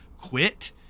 quit